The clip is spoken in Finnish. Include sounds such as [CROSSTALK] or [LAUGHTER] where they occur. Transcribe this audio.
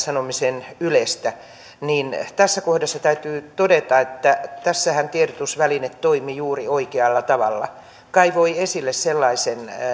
[UNINTELLIGIBLE] sanomisen ylestä niin tässä kohdassa täytyy todeta että tässähän tiedotusväline toimi juuri oikealla tavalla kaivoi esille sellaisen